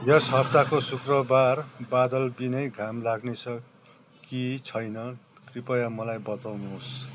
यस हप्ताको शुक्रबार बादल बिनै घाम लाग्नेछ कि छैन कृपया मलाई बताउनुहोस्